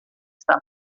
está